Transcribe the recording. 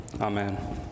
amen